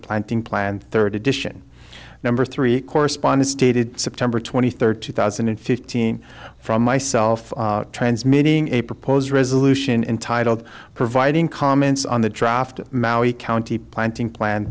planting plan third edition number three correspond stated september twenty third two thousand and fifteen from myself transmitting a proposed resolution entitled providing comments on the draft maui county planting plan